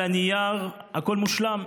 על הנייר הכול מושלם,